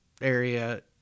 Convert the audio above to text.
area